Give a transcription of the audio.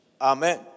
Amen